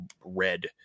red